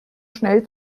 schnell